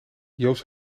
joost